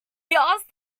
asked